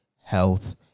Health